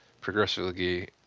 progressively